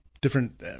different